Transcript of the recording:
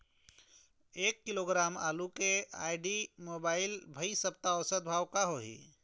एक किलोग्राम आलू के आईडी, मोबाइल, भाई सप्ता औसत भाव का होही?